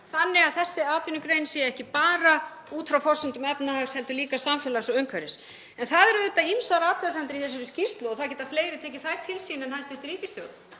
þannig að þessi atvinnugrein sé ekki bara út frá forsendum efnahags heldur líka samfélags og umhverfisins. En það eru auðvitað ýmsar athugasemdir gerðar í þessari skýrslu og það geta fleiri tekið þær til sín en hæstv. ríkisstjórn.